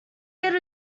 get